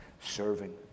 serving